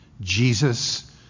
Jesus